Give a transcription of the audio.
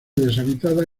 deshabitada